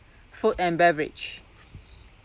food and beverage